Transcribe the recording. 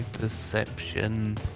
perception